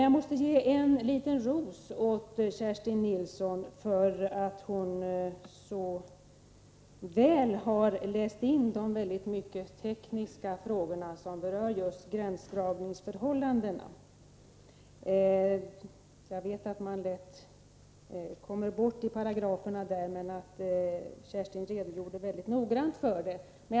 Jag måste ge en liten ros åt Kerstin Nilsson för att hon så väl har läst in de mycket tekniska frågor som berör gränsdragningsförhållandena. Jag vet att man lätt kommer bort i paragraferna där, men Kerstin Nilsson lämnade en mycket noggrann redogörelse.